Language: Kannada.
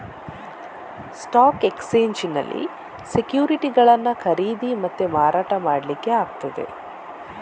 ಸ್ಟಾಕ್ ಎಕ್ಸ್ಚೇಂಜಿನಲ್ಲಿ ಸೆಕ್ಯುರಿಟಿಗಳನ್ನ ಖರೀದಿ ಮತ್ತೆ ಮಾರಾಟ ಮಾಡ್ಲಿಕ್ಕೆ ಆಗ್ತದೆ